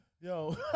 Yo